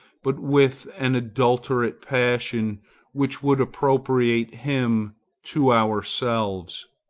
but with an adulterate passion which would appropriate him to ourselves.